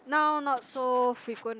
now not so frequent